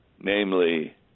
namely